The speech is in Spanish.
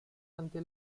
ante